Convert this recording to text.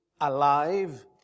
alive